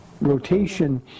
rotation